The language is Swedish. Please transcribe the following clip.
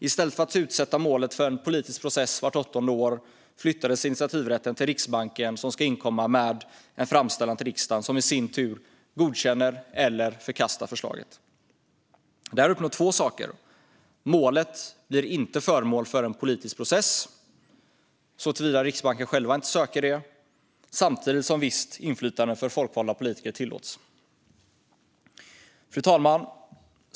I stället för att utsätta målet för en politisk process vart åttonde år flyttades initiativrätten till Riksbanken, som ska inkomma med en framställan till riksdagen som i sin tur godkänner eller förkastar förslaget. Med detta uppnås två saker: Målet blir inte föremål för en politisk process såvida inte Riksbanken själv söker det, och samtidigt tillåts visst inflytande för folkvalda politiker. Fru talman!